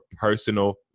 personal